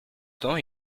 temps